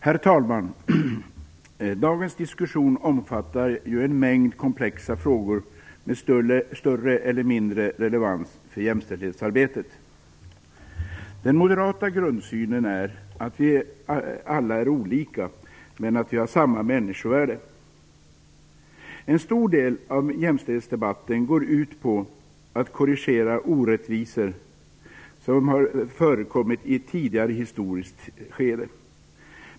Herr talman! Dagens diskussion omfattar en mängd komplexa frågor med större eller mindre relevans för jämställdhetsarbetet. Den moderata grundsynen är att vi alla är olika, men att vi har samma människovärde. En stor del av jämställdhetsdebatten går ut på att korrigera orättvisor som har förekommit i ett tidigare historiskt skede.